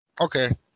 Okay